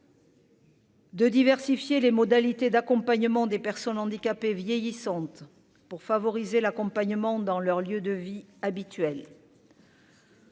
De diversifier les modalités d'accompagnement des personnes handicapées vieillissantes pour favoriser l'accompagnement dans leur lieu de vie habituel.